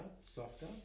softer